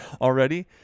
already